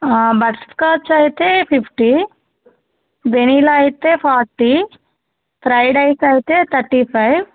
butterscotch అయితే fifty vanilla అయితే forty fried ice అయితే థర్టీ ఫైవ్